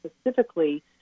specifically